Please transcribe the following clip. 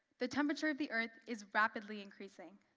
the temperature of the earth is rapidly increasing,